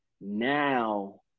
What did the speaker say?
now